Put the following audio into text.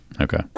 okay